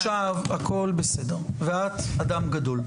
הכל בסדר עכשיו הכל בסדר, ואת אדם גדול.